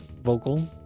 vocal